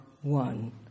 one